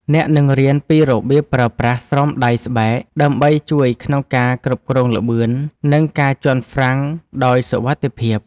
អ្នកនឹងរៀនពីរបៀបប្រើប្រាស់ស្រោមដៃស្បែក ដើម្បីជួយក្នុងការគ្រប់គ្រងល្បឿន និងការជាន់ហ្វ្រាំងដោយសុវត្ថិភាព។